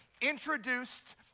introduced